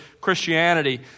Christianity